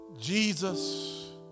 Jesus